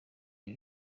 ibi